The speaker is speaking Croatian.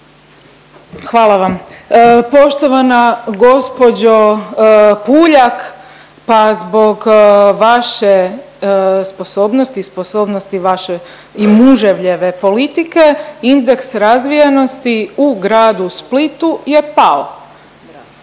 Hvala vam. Poštovana gospođo Puljak, pa zbog vaše sposobnosti i sposobnosti vaše i muževljeve politike indeks razvijenosti u Gradu Splitu je pao